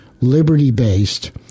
liberty-based